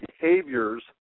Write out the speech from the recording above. behaviors